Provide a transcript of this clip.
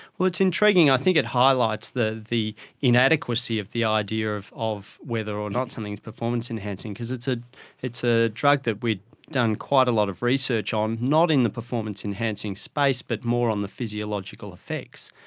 well, it's intriguing, i think it highlights the the inadequacy of the idea of of whether or not something is performance enhancing because it's ah it's a drug that we had done quite a lot of research on, not in the performance enhancing space but more on the physiological effects.